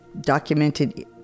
documented